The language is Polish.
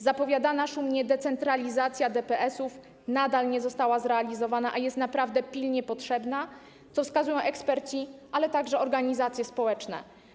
Zapowiadana szumnie decentralizacja DPS-ów nadal nie została zrealizowana, a jest naprawdę pilnie potrzebna, na co wskazują eksperci, a także organizacje społeczne.